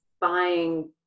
buying